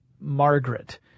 Margaret